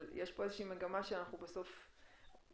אבל יש פה איזושהי מגמה שאנחנו בסוף מודאגים